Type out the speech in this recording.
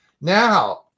Now